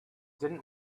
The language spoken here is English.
didn’t